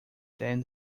than